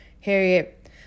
Harriet